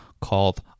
called